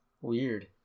Weird